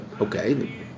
okay